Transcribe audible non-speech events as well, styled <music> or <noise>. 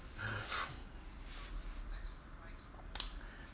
<breath> <noise>